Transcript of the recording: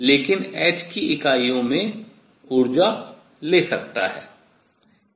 लेकिन h की इकाइयों में ऊर्जा ले सकता है